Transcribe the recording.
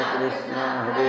Krishna